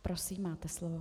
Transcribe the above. Prosím, máte slovo.